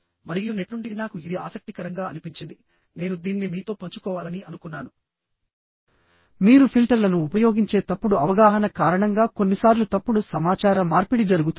మరియు నెట్ నుండి నాకు ఇది ఆసక్తికరంగా అనిపించింది నేను దీన్ని మీతో పంచుకోవాలని అనుకున్నాను మీరు ఫిల్టర్లను ఉపయోగించే తప్పుడు అవగాహన కారణంగా కొన్నిసార్లు తప్పుడు సమాచార మార్పిడి జరుగుతుంది